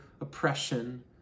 oppression